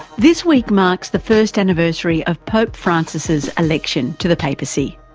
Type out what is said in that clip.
this week marks the first anniversary of pope francis's election to the papacy.